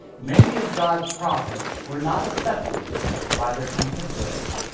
many of god's prophets were not accepted by their contemporaries.